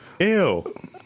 Ew